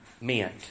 meant